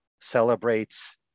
celebrates